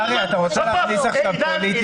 צר לי, אתה רוצה להכניס עכשיו פוליטיקה?